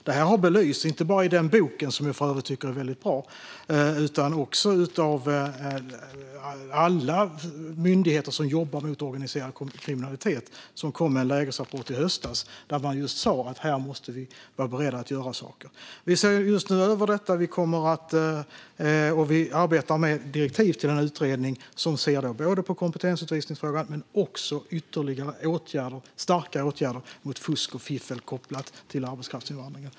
Detta har belysts, inte bara i boken som ledamoten tog upp - och som jag för övrigt tycker är väldigt bra - utan också av alla myndigheter som jobbar mot organiserad kriminalitet. Det kom en lägesrapport i höstas där man sa att vi måste vara beredda att göra saker. Vi ser just nu över detta, och vi arbetar med direktiv till en utredning som ska titta både på kompetensutvisningsfrågan och på ytterligare, starka åtgärder mot fusk och fiffel kopplat till arbetskraftsinvandringen.